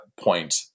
point